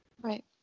Right